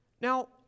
Now